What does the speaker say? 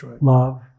love